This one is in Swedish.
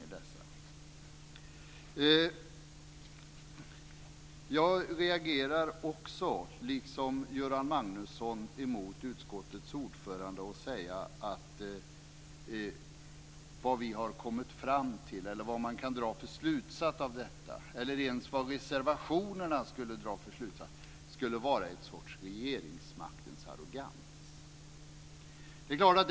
Liksom Göran Magnusson reagerar jag på vad utskottets ordförande säger om vilka slutsatser som kan dras av detta eller vilka slutsatser som dras när det gäller reservationerna - att det skulle vara fråga om en sorts regeringsmaktens arrogans.